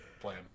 plan